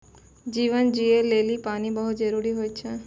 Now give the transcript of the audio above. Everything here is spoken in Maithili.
जीवन जियै लेलि पानी बहुत जरूरी होय छै?